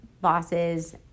bosses